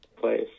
place